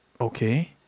Okay